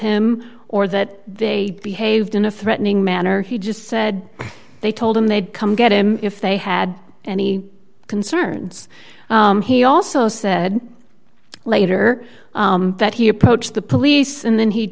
him or that they behaved in a threatening manner he just said they told him they'd come get him if they had any concerns he also said later that he approached the police and then he